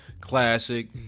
classic